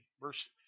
verse